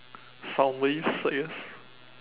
soundwaves I guess